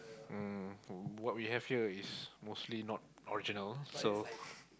um what you have here is mostly not original so